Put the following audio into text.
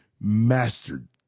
mastered